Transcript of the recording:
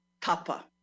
tapa